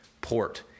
port